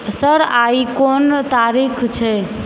sir आइ कोन तारीख छै